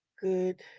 good